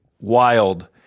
wild